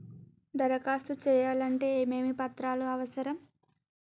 దరఖాస్తు చేయాలంటే ఏమేమి పత్రాలు అవసరం?